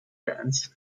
bands